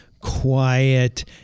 quiet